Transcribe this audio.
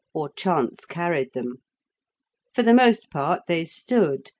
or chance carried them for the most part they stood,